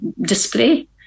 display